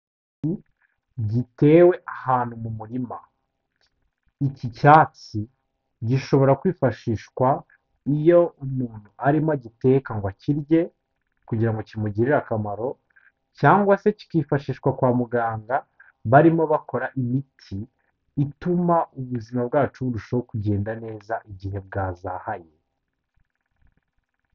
Ni gitewe ahantu mu murima iki cyatsi gishobora kwifashishwa iyo umuntu arimo agiteka ngo akirye kugira ngo kimugirire akamaro cyangwa se kikifashishwa kwa muganga barimo bakora imiti ituma ubuzima bwacu burushaho kugenda neza igihe bwazahaye.